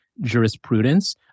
jurisprudence